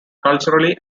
culturally